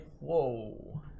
Whoa